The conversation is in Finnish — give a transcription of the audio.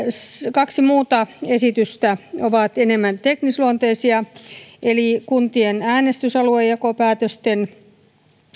kaksi muuta esitystä ovat enemmän teknisluonteisia eli kuntien äänestysaluejakopäätösten